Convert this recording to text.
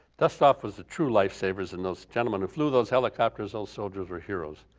dust off was the true lifesavers and those gentlemen who flew those helicopters, all soldiers were heroes.